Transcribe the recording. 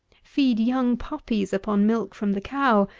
feed young puppies upon milk from the cow,